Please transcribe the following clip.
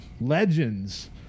legends